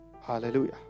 Hallelujah